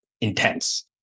intense